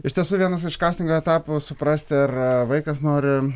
iš tiesų vienas iš kastingo etapų suprasti ar vaikas nori